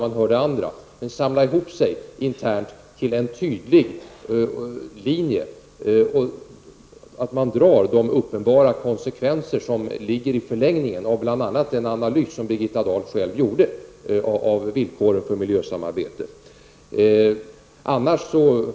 Man borde kunna samla ihop sig internt till en tydlig linje och ta de konsekvenser som ligger i förlängningen av bl.a. den analys som Birgitta Dahl själv gjorde av villkoren för miljösamarbetet.